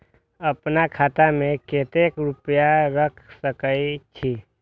आपन खाता में केते रूपया रख सके छी?